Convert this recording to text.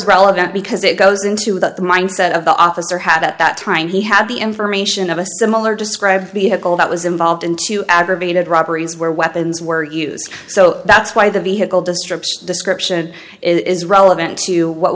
relevant because it goes into the mindset of the officer had at that time he had the information of a similar described vehicle that was involved in two aggravated robberies where weapons were used so that's why the vehicle description description is relevant to what